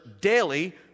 daily